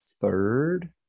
third